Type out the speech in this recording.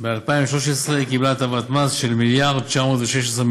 ב-2013 היא קיבלה הטבת מס של מיליארד 9 מיליון